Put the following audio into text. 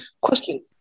Question